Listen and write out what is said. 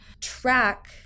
track